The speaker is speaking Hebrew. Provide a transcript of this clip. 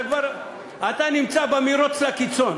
אתה נמצא במירוץ לקיצון.